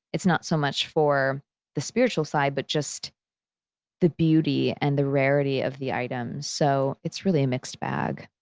it's not so much for the spiritual side but just the beauty and the rarity of the item. so, it's really a mixed bag.